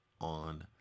on